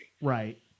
Right